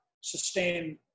sustain